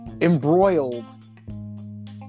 embroiled